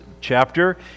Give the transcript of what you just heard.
chapter